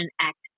Act